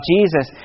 Jesus